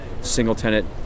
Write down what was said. single-tenant